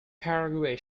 paraguay